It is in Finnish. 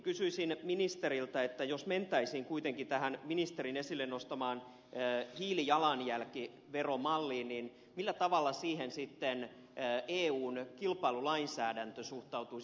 kysyisin ministeriltä jos mentäisiin kuitenkin tähän ministerin esille nostamaan hiilijalanjälkiveromalliin millä tavalla siihen sitten eun kilpailulainsäädäntö suhtautuisi